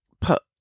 put